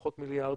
פחות מיליארד,